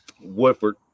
Woodford